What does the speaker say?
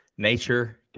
nature